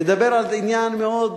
אני מנסה לדבר על עניין מאוד,